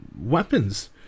weapons